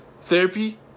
Therapy